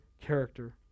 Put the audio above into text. character